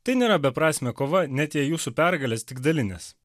tai nėra beprasmė kova net jei jūsų pergalės tik dalinės